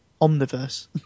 Omniverse